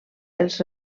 els